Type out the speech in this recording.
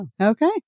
Okay